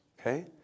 Okay